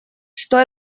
что